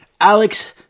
Alex